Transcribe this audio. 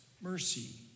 mercy